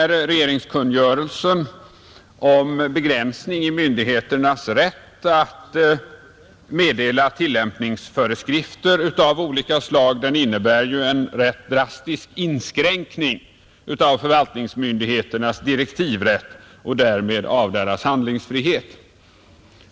Regeringskungörelsen om begränsning i myndigheternas rätt att meddela tillämpningsföreskrifter av olika slag innebär ju en rätt drastisk inskränkning av förvaltningsmyndigheternas direktivrätt och därmed av deras handlingsfrihet.